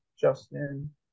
Justin